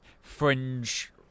fringe